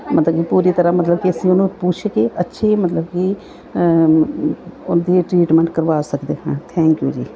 ਮਤਲਬ ਪੂਰੀ ਤਰ੍ਹਾਂ ਮਤਲਬ ਕਿ ਅਸੀਂ ਉਹਨੂੰ ਪੁੱਛ ਕੇ ਅੱਛੀ ਮਤਲਬ ਕਿ ਉਹਦੀ ਇਹ ਟਰੀਟਮੈਂਟ ਕਰਵਾ ਸਕਦੇ ਹਾਂ ਥੈਂਕ ਯੂ ਜੀ